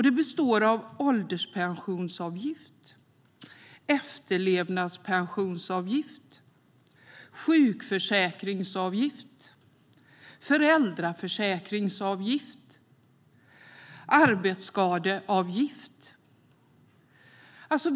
De består av ålderspensionsavgift, efterlevnadspensionsavgift, sjukförsäkringsavgift, föräldraförsäkringsavgift och arbetsskadeförsäkringsavgift.